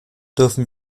dürfen